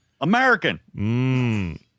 American